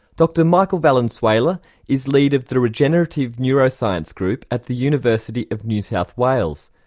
dr michael valenzuela is lead of the regenerative neuroscience group at the university of new south wales.